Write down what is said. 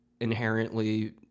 inherently